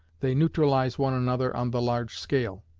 they neutralize one another on the large scale.